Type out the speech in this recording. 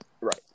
Right